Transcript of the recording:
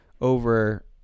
over